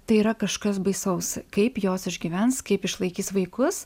tai yra kažkas baisaus kaip jos išgyvens kaip išlaikys vaikus